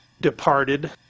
departed